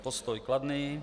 Postoj kladný.